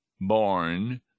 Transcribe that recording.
born